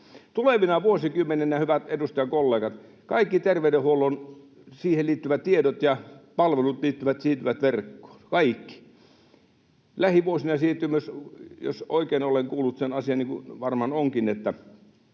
Tulevina vuosikymmeninä, hyvät edustajakollegat, kaikki terveydenhuoltoon liittyvät tiedot ja palvelut siirtyvät verkkoon, kaikki. Lähivuosina myös, jos oikein olen kuullut sen asian, niin kuin varmaan olenkin,